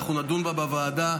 אנחנו נדון בה בוועדה,